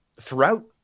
throughout